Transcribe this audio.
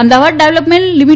Ahmedabad development લી